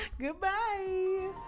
Goodbye